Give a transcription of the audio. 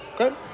Okay